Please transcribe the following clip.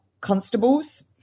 constables